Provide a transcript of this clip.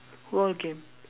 go on okay